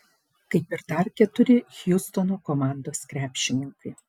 kaip ir dar keturi hjustono komandos krepšininkai